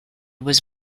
was